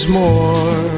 more